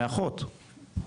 מאחות,